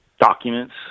documents